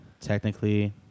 technically